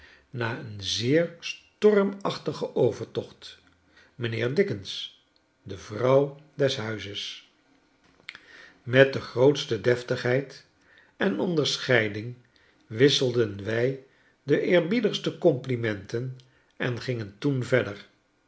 na een zeer stormachtigen overtocht m'nheer dickens de vrouw des huizes met de grootste deftigheid en onderscheiding wisselden wij de eerbiedigste complimenten en gingen toen verder